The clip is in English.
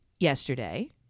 yesterday